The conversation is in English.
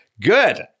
Good